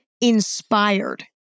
inspired